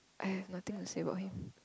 I have nothing to say about him